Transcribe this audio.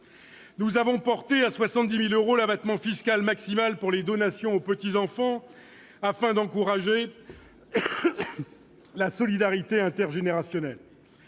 Nous avons porté à 70 000 euros le plafond de l'abattement fiscal des donations aux petits-enfants, afin d'encourager la solidarité intergénérationnelle.